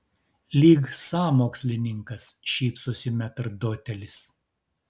lyg sąmokslininkas šypsosi metrdotelis